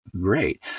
great